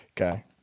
Okay